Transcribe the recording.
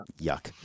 Yuck